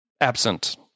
absent